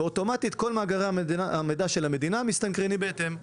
ואוטומטית כל מאגרי המידע של המדינה מסתנכרנים בהתאם.